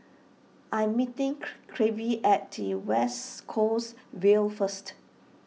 I'm meeting Clevie at T West Coast Vale first